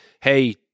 Hey